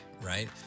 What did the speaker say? right